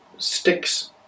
Sticks